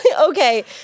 Okay